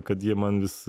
kad jie man vis